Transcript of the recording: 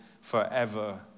forever